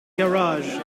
garage